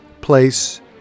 place